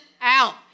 out